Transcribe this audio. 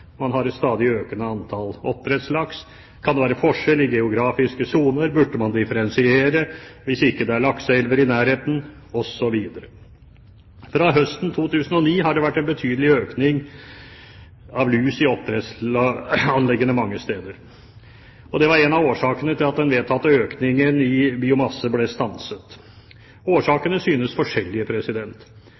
geografiske soner? Burde man differensiere hvis det ikke er lakseelver i nærheten, osv.? Fra høsten 2009 har det vært en betydelig økning av lus i oppdrettsanleggene mange steder. Det var en av årsakene til at den vedtatte økningen i biomasse ble stanset. Årsakene synes forskjellige.